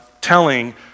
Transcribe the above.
telling